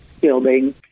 building